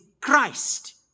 Christ